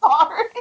sorry